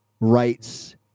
rights